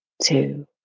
Two